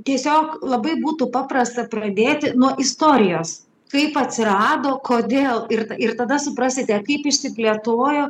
tiesiog labai būtų paprasta pradėti nuo istorijos kaip atsirado kodėl ir ir tada suprasite kaip išsiplėtojo